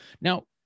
Now